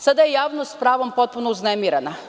Sada je javnost sa pravom potpuno uznemirena.